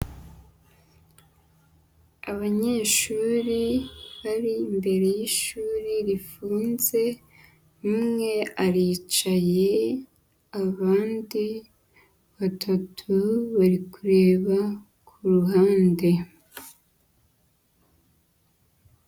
Abanyeshuri bari imbere y'ishuri rifunze, umwe aricaye, abandi batatu bari kureba ku ruhande.